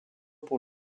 pour